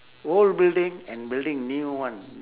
old building and building new one